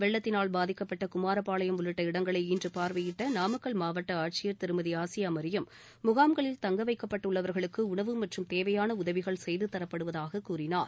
வெள்ளத்தினால் பாதிக்கப்பட்டகுமாரபாளையம் உள்ளிட்ட இடங்களை இன்றுபார்வையிட்டநாமக்கல் மாவட்டஆட்சியர் திருமதிஆசியாமரியம் முகாம்களில் தங்கவைக்கப்பட்டுள்ளவர்களுக்குஉணவு மற்றும் தேவையானஉதவிகள் செய்துதரப்படுவதாககூறினார்